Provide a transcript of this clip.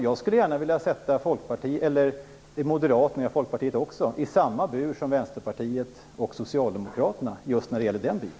Jag skulle gärna vilja sätta Moderaterna - och även Folkpartiet - i samma bur som Vänsterpartiet och Socialdemokraterna just när det gäller den biten.